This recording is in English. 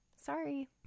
Sorry